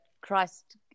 Christ